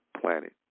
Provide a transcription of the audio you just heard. planet